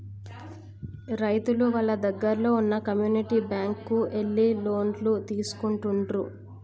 రైతులు వాళ్ళ దగ్గరల్లో వున్న కమ్యూనిటీ బ్యాంక్ కు ఎళ్లి లోన్లు తీసుకుంటుండ్రు